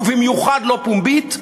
ובמיוחד לא פומבית,